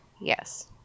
Yes